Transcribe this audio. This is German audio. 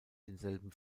denselben